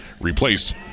replaced